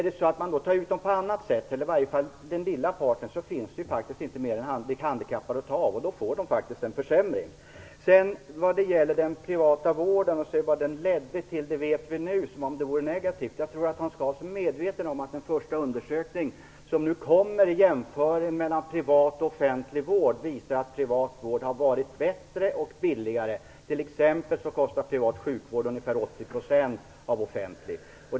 Om pengarna skall tas ut på annat sätt, i varje fall när det gäller den lilla parten, finns det faktiskt inte annat än de handikappade att ta av. De får därmed en försämring. Vad den privata vården lett till vet vi nu, men det låter som om det vore något negativt. Men jag tror att Hans Karlsson är medveten om att den första undersökning som nu kommer och som innehåller en jämförelse mellan privat och offentlig vård faktiskt visar att privat vård har varit både bättre och billigare. T.ex. kan nämnas att privat sjukvård kostar ungefär 80 % av vad offentlig sjukvård kostar.